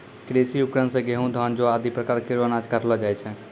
कृषि उपकरण सें गेंहू, धान, जौ आदि प्रकार केरो अनाज काटलो जाय छै